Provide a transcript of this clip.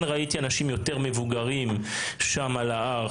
כן ראיתי אנשים יותר מבוגרים על ההר,